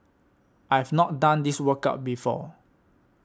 I've not done this workout before